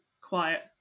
quiet